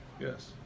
yes